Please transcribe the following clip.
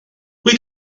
wyt